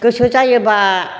गोसो जायोब्ला